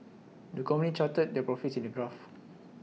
the company charted their profits in the graph